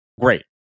Great